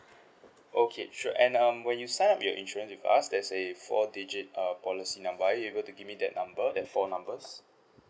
okay sure and um when you sign up your insurance with us there's a four digit uh policy are you able to give me that number that four numbers